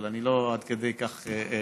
אבל אני לא עד כדי כך חזק,